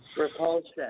Repulsion